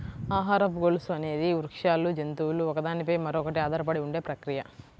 ఆహారపు గొలుసు అనేది వృక్షాలు, జంతువులు ఒకదాని పై మరొకటి ఆధారపడి ఉండే ప్రక్రియ